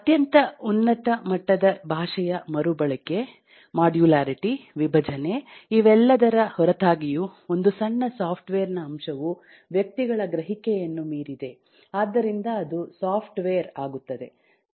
ಅತ್ಯಂತ ಉನ್ನತ ಮಟ್ಟದ ಭಾಷೆಯ ಮರುಬಳಕೆ ಮಾಡ್ಯುಲಾರಿಟಿ ವಿಭಜನೆ ಇವೆಲ್ಲದರ ಹೊರತಾಗಿಯೂ ಒಂದು ಸಣ್ಣ ಸಾಫ್ಟ್ವೇರ್ ನ ಅಂಶವು ವ್ಯಕ್ತಿಗಳ ಗ್ರಹಿಕೆಯನ್ನು ಮೀರಿದೆ ಆದ್ದರಿಂದ ಅದು ಸಾಫ್ಟ್ವೇರ್ ಆಗುತ್ತದೆ